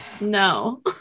No